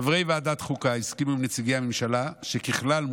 חברי ועדת החוקה הסכימו עם נציגי הממשלה שככלל,